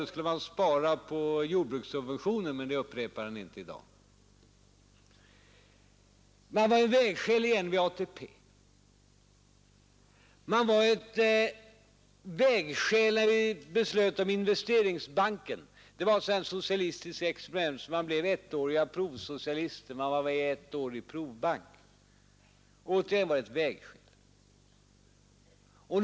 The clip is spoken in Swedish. Det skulle man spara på jordbrukssubventioner, men det upprepar han inte i dag. Man var vid ett vägskäl igen, när vi skulle ta ställning till ATP. Man var vid ett vägskäl, när vi beslöt om Investeringsbanken. Det var ett sådant där socialistiskt experiment som man blev ettårig provsocialist på. Man var med ett år i en provbank. Återigen var man vid ett vägskäl.